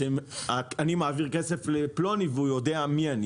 שאני מעביר כסף לפלוני והוא יודע מי אני